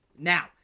Now